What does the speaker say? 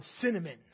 cinnamon